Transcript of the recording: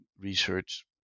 research